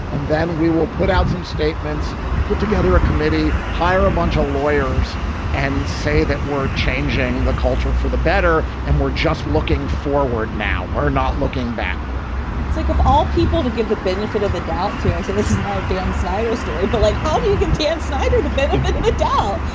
and then we will put out some statements, put together a committee, hire a bunch of lawyers and say that we're changing the culture for the better. and we're just looking forward now. we're not looking backward it's like of all people to give the benefit of the doubt to say this is not a dan snyder story. but like, how do you give dan snyder the benefit of the doubt?